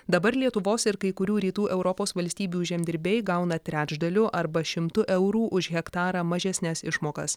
dabar lietuvos ir kai kurių rytų europos valstybių žemdirbiai gauna trečdaliu arba šimtu eurų už hektarą mažesnes išmokas